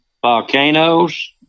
volcanoes